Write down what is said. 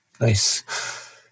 Nice